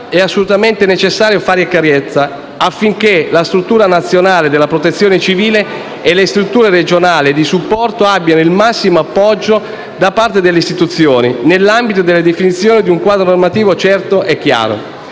è assolutamente necessario fare chiarezza affinché la struttura nazionale della Protezione civile e le strutture regionali di supporto abbiano il massimo appoggio da parte delle istituzioni nell'ambito della definizione di un quadro normativo certo e chiaro.